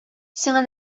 сиңа